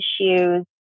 issues